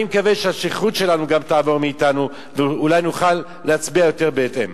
אני מקווה שהשכרות שלנו גם תעבור מאתנו ואולי נוכל להצביע יותר בהתאם.